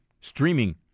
streaming